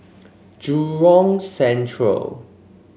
Jurong Central